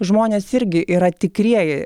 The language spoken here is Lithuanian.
žmonės irgi yra tikrieji